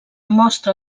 mostra